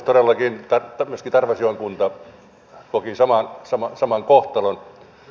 todellakin myös tarvasjoen kunta koki saman kohtalon